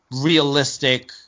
realistic